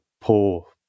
poor